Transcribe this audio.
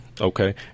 Okay